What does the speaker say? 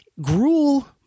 Gruel